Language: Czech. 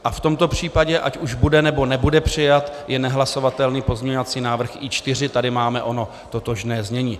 A v tomto případě, ať už bude, nebo nebude přijat, je nehlasovatelný pozměňovací návrh I4. tady máme ono totožné znění.